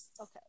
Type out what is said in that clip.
okay